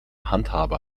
handhabe